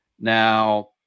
Now